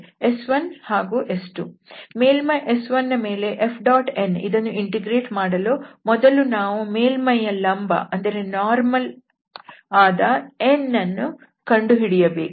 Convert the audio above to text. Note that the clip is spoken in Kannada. ಮೇಲ್ಮೈ S1 ನ ಮೇಲೆ F⋅n ಇದನ್ನು ಇಂಟಿಗ್ರೇಟ್ ಮಾಡಲು ಮೊದಲು ನಾವು ಮೇಲ್ಮೈಯ ಲಂಬ ವಾದ n ಅನ್ನು ಕಂಡು ಹಿಡಿಯಬೇಕು